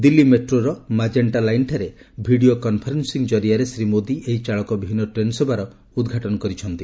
ଦିଲ୍ଲୀ ମେଟ୍ରୋର ମାଜେଣ୍ଟା ଲାଇନ୍ଠାରେ video conferencing କରିଆରେ ଶ୍ରୀ ମୋଦି ଏହି ଚାଳକବିହୀନ ଟ୍ରେନ୍ ସେବାର ଉଦ୍ଘାଟନ କରିଛନ୍ତି